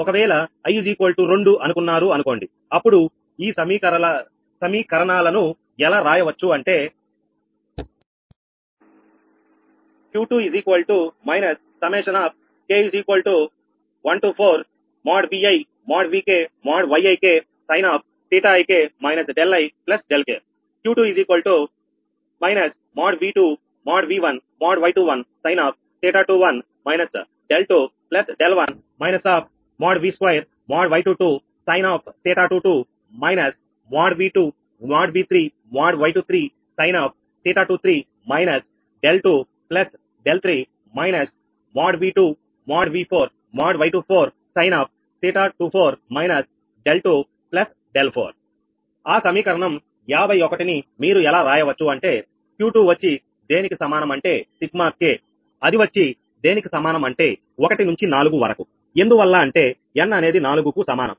ఒకవేళ i 2 అనుకున్నారు అనుకోండి అప్పుడు ఈ సమీకరణాలను ఎలా రాయవచ్చు అంటే Q2 k1 4|Vi||Vk ||Yik | sinƟik δi δk 𝑄2 −|𝑉2||𝑉1||𝑌21| sin𝜃21 − 𝛿2 𝛿1 − |𝑉2|| 𝑌22| sin𝜃22 − |𝑉2||𝑉3||𝑌23| sin𝜃23 − 𝛿2 𝛿3 − |𝑉2||𝑉4||𝑌24| sin𝜃24 − 𝛿2 𝛿4 ఆ సమీకరణం 51 ని మీరు ఎలా రాయవచ్చు అంటే 𝑄2 వచ్చి దేనికి సమానం అంటే Σk అది వచ్చి దేనికి సమానం అంటే 1 నుంచి 4 వరకు ఎందువల్ల అంటే n అనేది 4 కు సమానం